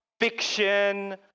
fiction